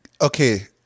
okay